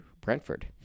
Brentford